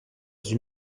états